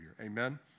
Amen